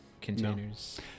containers